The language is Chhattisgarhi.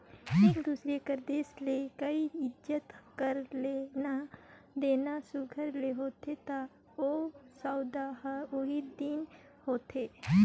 एक दूसर कर देस ले काहीं जाएत कर लेना देना सुग्घर ले होथे ता ओ सउदा हर ओही दिन होथे